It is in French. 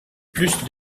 plus